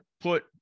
put